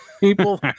People